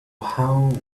how